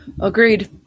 Agreed